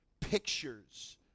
pictures